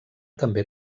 també